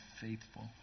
faithful